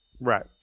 Right